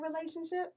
relationship